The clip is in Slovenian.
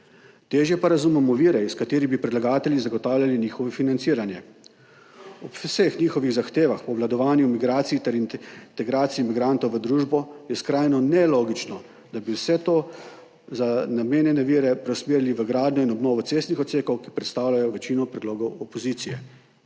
Težje pa razumemo vire, iz katerih bi predlagatelji zagotavljali njihovo financiranje. Ob vseh njihovih zahtevah po obvladovanju migracij ter integraciji migrantov v družbo je skrajno nelogično, da bi za vse to namenjene vire preusmerili v gradnjo in obnovo cestnih odsekov, ki predstavljajo večino predlogov opozicije.